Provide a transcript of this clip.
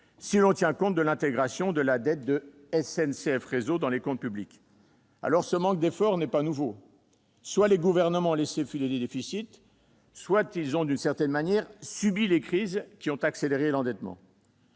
si l'on tient compte de l'intégration de la dette de SNCF Réseau dans les comptes publics. Ce manque d'efforts n'est pas nouveau : soit les gouvernements ont laissé filer les déficits, soit ils ont subi des crises qui ont accéléré l'endettement.